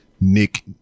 Nick